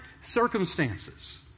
circumstances